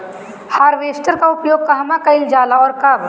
Harvester का उपयोग कहवा कइल जाला और कब?